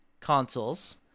consoles